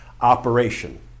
operation